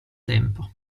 tempo